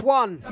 one